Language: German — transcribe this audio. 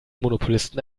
monopolisten